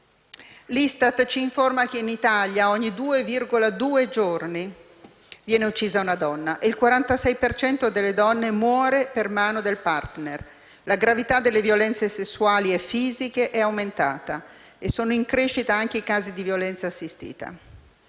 L'ISTAT ci informa che in Italia ogni 2,2 giorni viene uccisa una donna, e il 46 per cento di queste donne muore per mano del *partner*. La gravità delle violenze sessuali e fisiche è aumentata e sono in crescita anche i casi di violenza assistita.